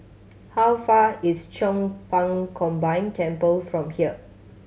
how far is Chong Pang Combined Temple from here